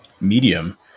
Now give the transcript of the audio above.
medium